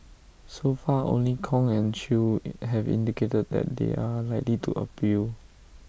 so far only Kong and chew have indicated that they are likely to appeal